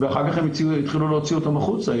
ואחר כך הם התחילו להוציא אותם החוצה.